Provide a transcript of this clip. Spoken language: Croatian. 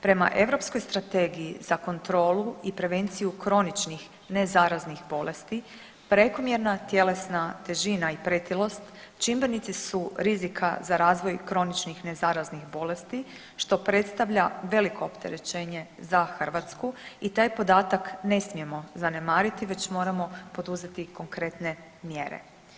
Prema Europskoj strategiji za kontrolu i prevenciju kroničnih nezaraznih bolesti prekomjerna tjelesna težina i pretilost čimbenici su rizika za razvoj kroničnih nezaraznih bolesti što predstavlja veliko opterećenje za Hrvatsku i taj podatak ne smijemo zanemariti već moramo poduzeti konkretne mjere.